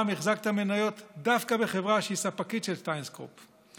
החזקת מניות דווקא בחברה שהיא ספקית של טיסנקרופ?